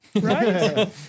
right